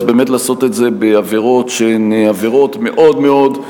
אז באמת לעשות את זה בעבירות שהן עבירות מאוד מאוד,